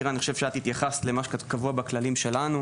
נירה, אני חושב שהתייחסת למה שקבוע בכללים שלנו.